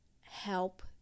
help